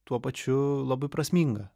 tuo pačiu labai prasminga